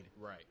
Right